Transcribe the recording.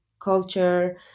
culture